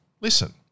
Listen